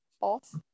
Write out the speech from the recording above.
off